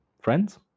Friends